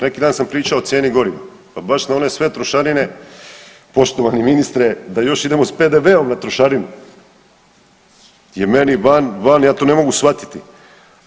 Neki dan sam pričao o cijeni goriva, pa baš na one sve trošarine poštovani ministre da još idemo sa PDV-om na trošarinu je meni van, van, ja to ne mogu shvatiti